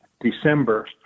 December